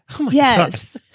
Yes